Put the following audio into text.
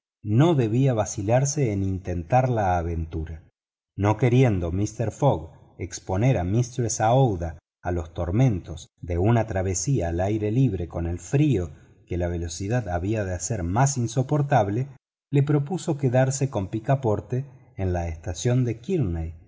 no debía vacitarse en intentar la aventura no queriendo mister fogg exponer a mistress aouida a los tormentos de una travesía al aire libre con el frío que la velocidad había de hacer más insoportable le propuso quedarse con picaporte en la estación de